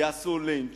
יעשו לינץ',